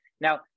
Now